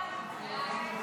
הצעת סיעות המחנה הממלכתי,